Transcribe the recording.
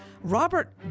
Robert